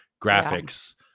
graphics